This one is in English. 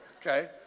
Okay